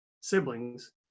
siblings